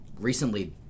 Recently